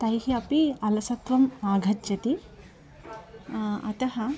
तैः अपि अलसत्वम् आगच्छति अतः